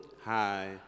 Hi